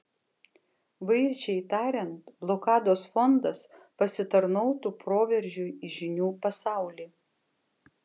vaizdžiai tariant blokados fondas pasitarnautų proveržiui į žinių pasaulį